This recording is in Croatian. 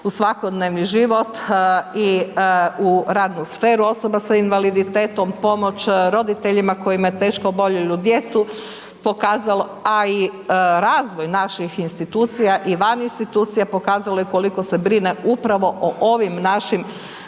u svakodnevni život i u radnu sferu osoba s invaliditetom, pomoć roditeljima koji imaju teško oboljelu djecu pokazalo, a i razvoj naših institucija i van institucija je pokazalo koliko se brine upravo o ovim našim